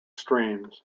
streams